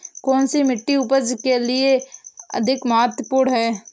कौन सी मिट्टी उपज के लिए अधिक महत्वपूर्ण है?